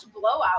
blowout